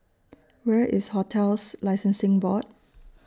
Where IS hotels Licensing Board